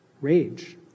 rage